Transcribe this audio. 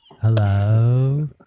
Hello